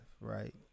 right